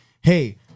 hey